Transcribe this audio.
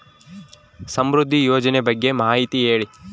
ಸಮೃದ್ಧಿ ಯೋಜನೆ ಬಗ್ಗೆ ಮಾಹಿತಿ ಹೇಳಿ?